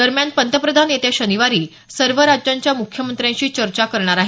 दरम्यान पंतप्रधान येत्या शनिवारी सर्व राज्यांच्या मुख्यमंत्र्यांशी चर्चा करणार आहेत